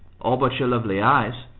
all but your lovely eyes!